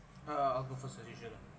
uh I go first as usual ah